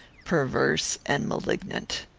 perverse, and malignant.